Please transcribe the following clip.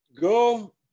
go